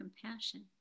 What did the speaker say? compassion